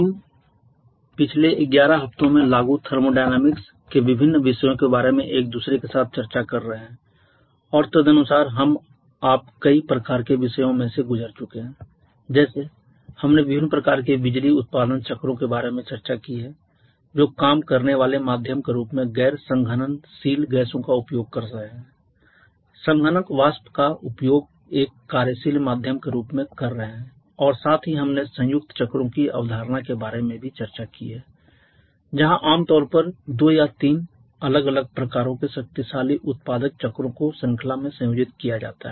हम पिछले 11 हफ्तों में लागू थर्मोडायनामिक्स के विभिन्न विषयों के बारे में एक दूसरे के साथ चर्चा कर रहे हैं और तदनुसार हम आप कई प्रकारों के विषयों से गुजर चुके हैं जैसे हमने विभिन्न प्रकार के बिजली उत्पादन चक्रों के बारे में चर्चा की है जो काम करने वाले माध्यम के रूप में गैर संघननशील गैसों का उपयोग कर रहे हैं संघनक वाष्प का उपयोग एक कार्यशील माध्यम के रूप में कर रहे हैं और साथ ही हमने संयुक्त चक्रों की अवधारणा के बारे में भी चर्चा की है जहाँ आम तौर पर दो या तीन अलग अलग प्रकारों के शक्तिशाली उत्पादक चक्रो को श्रृंखला में संयोजित किया जाता है